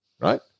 Right